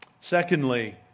Secondly